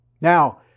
Now